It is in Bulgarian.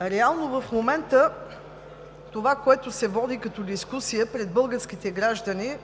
мен в момента това, което се води като дискусия пред българските граждани,